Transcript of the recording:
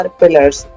pillars